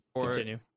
continue